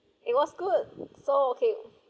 it was good so okay